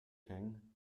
king